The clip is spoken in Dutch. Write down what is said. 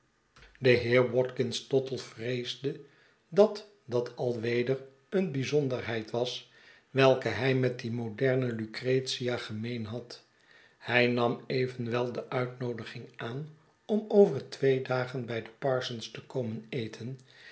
de heer watkins tottle vreesde dat dat al weder een bijzonderheid was welke hij met die moderne lucretia gemeen had elij nam evenwel de uitnoodiging aan om over twee dagen bij de parsons te komen eten